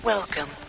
Welcome